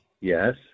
Yes